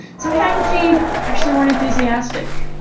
some faculty actually weren't enthusiastic.